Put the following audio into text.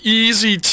easy